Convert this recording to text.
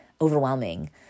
overwhelming